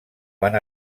van